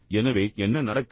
எனவே என்ன நடக்கிறது